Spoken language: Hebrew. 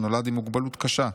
שנולד עם מוגבלות קשה,